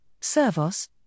servos